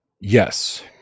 yes